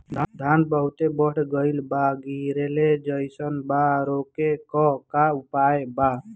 धान बहुत बढ़ गईल बा गिरले जईसन बा रोके क का उपाय बा?